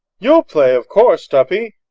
you'll play, of course, tuppy?